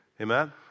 Amen